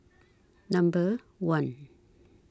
Number one